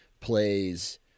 plays